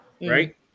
right